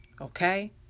okay